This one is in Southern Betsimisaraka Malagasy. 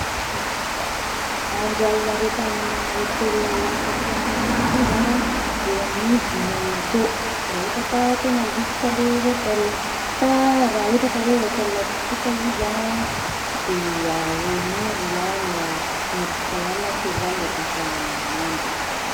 Ny mandry alina raika aminà hotel lafo amy tagnana misy agnay zao an ero amin'ny dimy alina akeo, raha ohatra ka tena lux le hotel, fa raha ohatra ka hoe hotel tsotsotra le izy, eo amin'ny roy alina, dimy arivo sy ray alina, telo alina defa mandry.